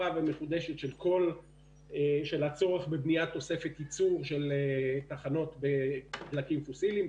ומחודשת של הצורך בבניית תוספת ייצור של תחנות בדלקים פוסיליים,